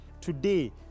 Today